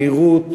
מהירות